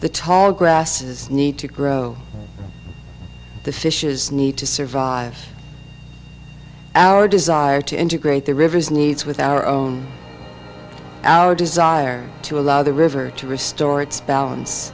the tall grasses need to grow the fishes need to survive our desire to integrate the rivers needs with our own our desire to allow the river to restore its balance